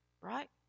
Right